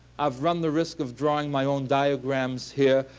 i've run the risk of drawing my own diagrams here.